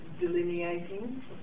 delineating